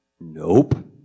nope